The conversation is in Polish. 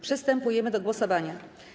Przystępujemy do głosowania.